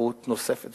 להתלקחות נוספת.